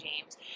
James